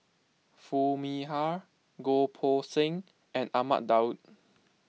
Foo Mee Har Goh Poh Seng and Ahmad Daud